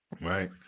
Right